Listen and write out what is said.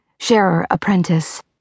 sharer-apprentice